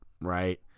right